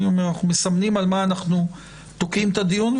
אנחנו מסמנים על מה אנחנו תוקעים את הדיון,